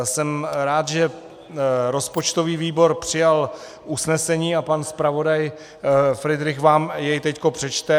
Jsem rád, že rozpočtový výbor přijal usnesení, a pan zpravodaj Fridrich vám je teď přečte.